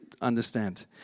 understand